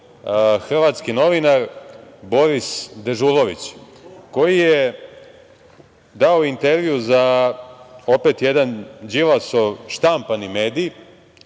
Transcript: hrvatski novinar, Boris Dežulović, koji je dao intervju za opet jedan Đilasov štampani medij,